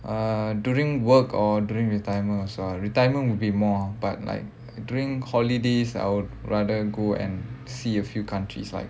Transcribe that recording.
uh during work or during retirement also ah retirement will be more ah but like during holidays I would rather go and see a few countries like